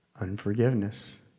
unforgiveness